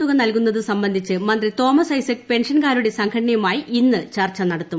തുക നൽകുന്നത് സംബ്രെസിച്ച് മന്ത്രി തോമസ് ഐസക് പെൻഷ്ടൻകാരുടെ സംഘടനയുമായി ഇന്ന് ചർച്ച നടത്തും